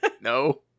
no